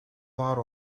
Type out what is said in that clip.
var